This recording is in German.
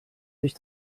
sich